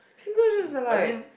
are just like